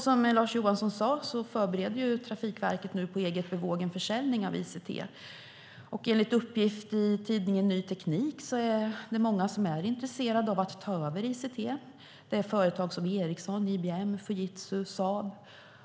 Som Lars Johansson sade förbereder Trafikverket nu på eget bevåg en försäljning av ICT. Enligt uppgift i tidningen Ny Teknik är det många som är intresserade av att ta över ICT, företag som Ericsson, IBM, Fujitsu och Saab.